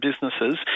businesses